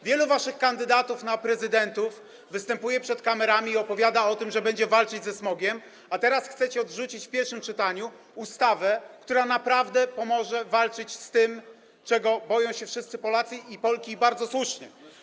Wielu waszych kandydatów na prezydentów występuje przed kamerami i opowiada o tym, że będzie walczyć ze smogiem, a teraz chcecie odrzucić w pierwszym czytaniu ustawę, która naprawdę pomoże walczyć z tym, czego boją się wszyscy Polacy i Polki, i bardzo słusznie.